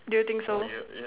do you think so